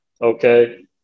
okay